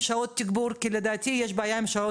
תודה גבירתי היושבת-ראש.